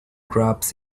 crops